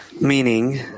meaning